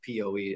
POE